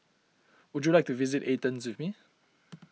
would you like to visit Athens with me